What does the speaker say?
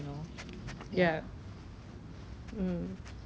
is from the government lah but then I think the